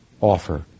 offer